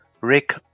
Rick